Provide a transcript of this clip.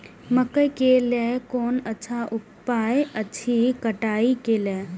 मकैय के लेल कोन अच्छा उपाय अछि कटाई के लेल?